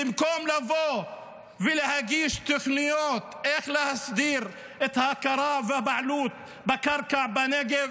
במקום לבוא ולהגיש תוכניות איך להסדיר את ההכרה והבעלות על הקרקע בנגב,